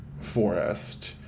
forest